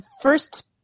first